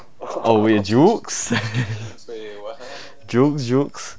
oh wait jokes jokes jokes